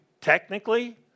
technically